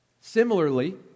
Similarly